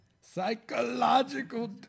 Psychological